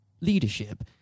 leadership